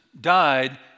died